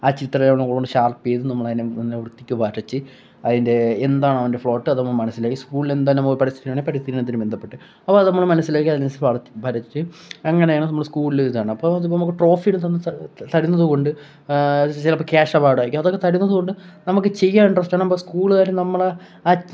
ആ ചിത്രരചന ഒന്നു കൂടെ ഷാർപ്പ് ചെയ്തു നമ്മൾ അതിനെ നല്ല വൃത്തിക്ക് വരച്ചു അതിൻ്റെ എന്താണോ അതിൻ്റെ ഫ്ലോട്ട് അതും നമുക്ക് മനസിലായി സ്കൂളിൽ എന്താണോ പരിസ്ഥിതി ദിന പഠിപ്പിക്കുന്നത് ബന്ധപ്പെട്ട് അപ്പോൾ അത് നമ്മൾ മനസിലായിട്ട് അതിന് അനുസരിച്ച് വരച്ചു അങ്ങനെയാണ് നമ്മൾ സ്ക്കൂളിൽ ഇതാണ് അപ്പോൾ അതു നമുക്ക് ട്രോഫി എടുത്ത് തരുന്നതു കൊണ്ട് ചിലപ്പോൾ ക്യാഷ് അവാർഡ് ആയിരിക്കാം അതൊക്കെ തരുന്നതുകൊണ്ട് നമുക്ക് ചെയ്യാൻ ഇൻട്രസ്റ്റാണ് അപ്പം സ്കൂളുകാർ നമ്മളെ ആ